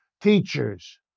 teachers